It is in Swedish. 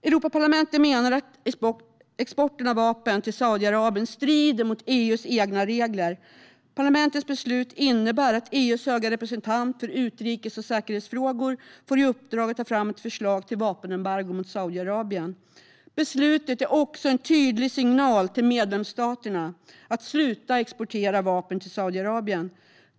Europaparlamentet menar att exporten av vapen till Saudiarabien strider mot EU:s egna regler. Parlamentets beslut innebär att EU:s höga representant för utrikes och säkerhetsfrågor får i uppdrag att ta fram ett förslag till vapenembargo mot Saudiarabien. Beslutet är också en tydlig signal till medlemsstaterna att sluta exportera vapen till Saudiarabien.